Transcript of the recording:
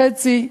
חצי,